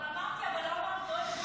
אמרתי, אבל לא הרחבתי.